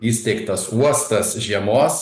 įsteigtas uostas žiemos